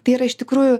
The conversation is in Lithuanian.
tai yra iš tikrųjų